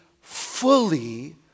fully